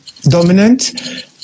dominant